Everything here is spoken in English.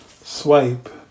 swipe